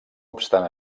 obstant